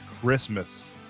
christmas